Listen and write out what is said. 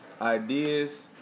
ideas